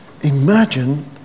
Imagine